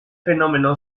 fenómeno